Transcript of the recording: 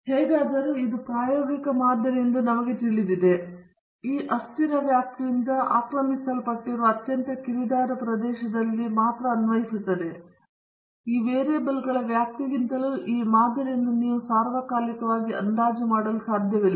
ಹೇಗಾದರೂ ಇದು ಪ್ರಾಯೋಗಿಕ ಮಾದರಿಯೆಂದು ನಮಗೆ ತಿಳಿದಿದೆ ಮತ್ತು ಈ ಅಸ್ಥಿರ ವ್ಯಾಪ್ತಿಯಿಂದ ಆಕ್ರಮಿಸಲ್ಪಟ್ಟಿರುವ ಅತ್ಯಂತ ಕಿರಿದಾದ ಪ್ರದೇಶದಲ್ಲಿ ಮಾತ್ರ ಅನ್ವಯಿಸುತ್ತದೆ ಈ ವೇರಿಯಬಲ್ಗಳ ವ್ಯಾಪ್ತಿಗಿಂತಲೂ ಈ ಮಾದರಿಯನ್ನು ನೀವು ಸಾರ್ವಕಾಲಿಕವಾಗಿ ಅಂದಾಜು ಮಾಡಲು ಸಾಧ್ಯವಿಲ್ಲ